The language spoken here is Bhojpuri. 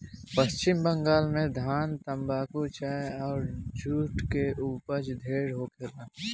पश्चिम बंगाल में धान, तम्बाकू, चाय अउर जुट के ऊपज ढेरे होखेला